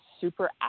super